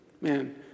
Man